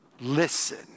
Listen